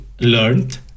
learned